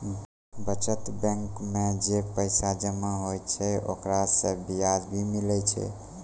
बचत बैंक मे जे पैसा जमा होय छै ओकरा से बियाज भी मिलै छै